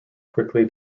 quickly